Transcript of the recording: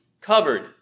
covered